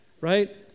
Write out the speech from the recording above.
Right